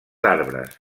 arbres